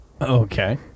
Okay